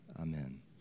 Amen